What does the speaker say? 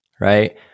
right